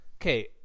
okay